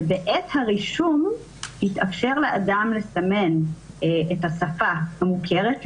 שבעת הרישום יתאפשר לאדם לסמן את השפה המוכרת לו,